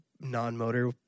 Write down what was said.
non-motor